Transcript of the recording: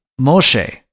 Moshe